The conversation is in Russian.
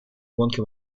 гонки